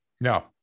no